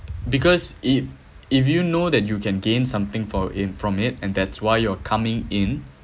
because if if you know that you can gain something for in from it and that's why you are coming in